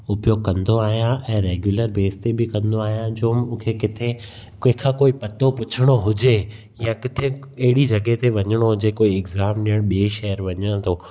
उपयोगु कंदो आहियां ऐं रेग्यूलर बेस ते बि कंदो आहियां जो मूंखे किथे कंहिं खां कोई पतो पुछणो हुजे या किथे अहिड़ी जॻहि ते वञिणो हुजे कोई एक्ज़ाम ॾियण ॿिए शहरु वञां थो